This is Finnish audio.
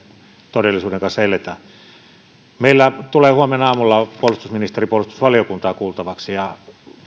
todellisuuden kanssa eletään meille tulee huomenaamulla puolustusministeri puolustusvaliokuntaan kuultavaksi ja